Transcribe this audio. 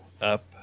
up